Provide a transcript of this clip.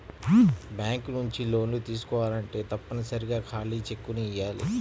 bank నుంచి లోన్లు తీసుకోవాలంటే తప్పనిసరిగా ఖాళీ చెక్కుని ఇయ్యాలి